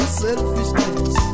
selfishness